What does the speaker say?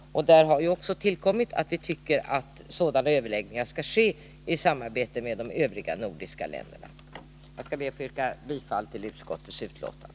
Där har vi också tillfogat att vi tycker att sådana överläggningar skall ske i samarbete med de övriga nordiska länderna. Herr talman! Jag skall be att få yrka bifall till utrikesutskottets hemställan.